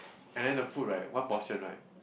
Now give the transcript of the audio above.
and then the food right one portion right